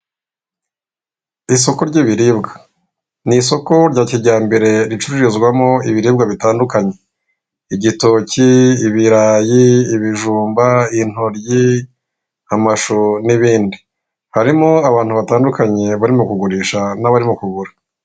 isoko ry'ibiribwa ni isoko rya kijyambere ricururizwamo ibiribwa bitandukanye igitoki, ibirayi, ibijumba, intoryi, amashu n'ibindi harimo abantu batandukanye barimo kugurisha n'abarimo kugura